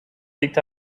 picked